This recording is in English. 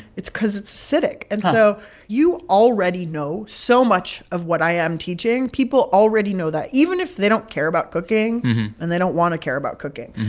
it's because it's acidic. and so you already know so much of what i am teaching. people already know that, even if they don't care about cooking and they don't want to care about cooking.